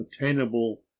attainable